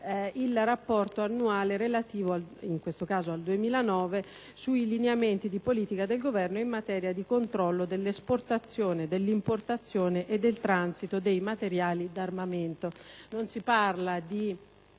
il rapporto annuale, in questo caso relativo al 2009, sui lineamenti di politica del Governo in materia di controllo delle esportazioni e delle importazioni e del transito dei materiali di armamento. Non si parla di